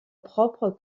propre